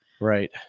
Right